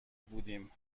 بودیم